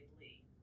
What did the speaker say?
Lee